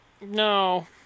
No